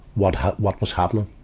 what hap what was happening.